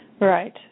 Right